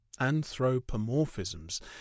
Anthropomorphisms